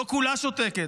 לא כולה שותקת,